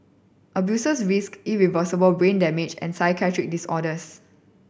abusers risked irreversible brain damage and psychiatric disorders